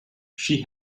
she